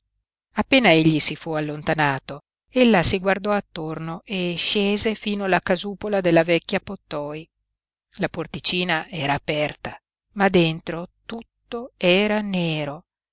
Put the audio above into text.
appena egli si fu allontanato ella si guardò attorno e scese fino alla casupola della vecchia pottoi la porticina era aperta ma dentro tutto era nero